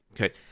Okay